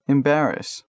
Embarrass